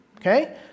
Okay